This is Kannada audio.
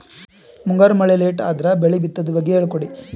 ಮುಂಗಾರು ಮಳೆ ಲೇಟ್ ಅದರ ಬೆಳೆ ಬಿತದು ಬಗ್ಗೆ ಹೇಳಿ ಕೊಡಿ?